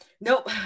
Nope